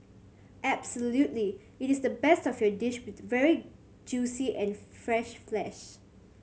absolutely it is the best of your dish with very juicy and fresh flesh